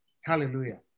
hallelujah